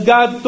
God